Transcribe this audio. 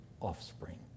offspring